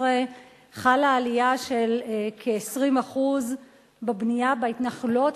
חלה עלייה של כ-20% בבנייה בהתנחלויות.